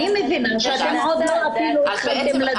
אני מבינה שאתם אפילו עוד לא התחלתם לדון בזה.